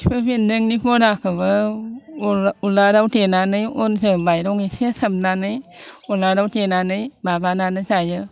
खिफि बेंदोंनि बराखौबो उलाराव देनानै अनजों माइरं एसे सोमनानै उलाराव देनानै माबानानै जायो